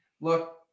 Look